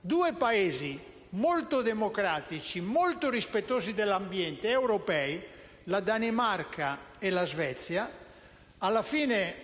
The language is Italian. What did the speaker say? due Paesi europei molto democratici e molto rispettosi dell'ambiente, la Danimarca e la Svezia, alla fine